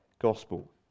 gospel